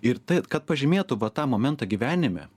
ir tai kad pažymėtų va tą momentą gyvenime